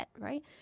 right